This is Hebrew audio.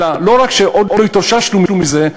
לא רק שעוד לא התאוששנו מזה,